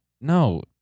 No